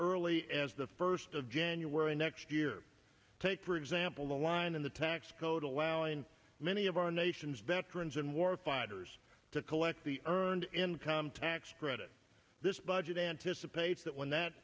early as the first of january next year take for example a line in the tax code allowing many of our nation's veterans and war fighters to collect the earned income tax credit this budget anticipates that when that